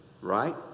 right